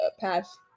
pass